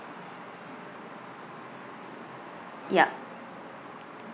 yup